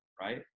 right